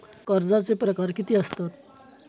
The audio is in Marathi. कर्जाचे प्रकार कीती असतत?